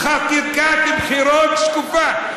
חקיקת בחירות שקופה.